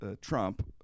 Trump